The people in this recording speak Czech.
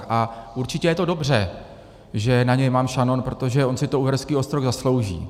A určitě je to dobře, že na něj mám šanon, protože on si to Uherský Ostroh zaslouží.